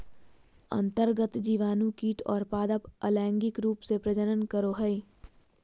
अन्तर्गत जीवाणु कीट और पादप अलैंगिक रूप से प्रजनन करो हइ